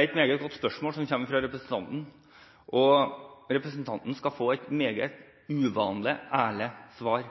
et meget godt spørsmål som kommer fra representanten Vågslid, og hun skal få et meget uvanlig, ærlig svar